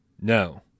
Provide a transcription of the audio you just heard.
no